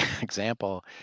example